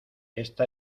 esta